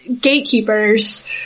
gatekeepers